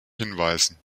hinweisen